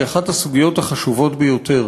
היא אחת הסוגיות החשובות ביותר,